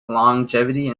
longevity